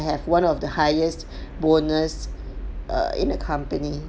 I have one of the highest bonus err in the company